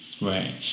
Right